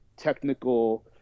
technical